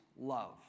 love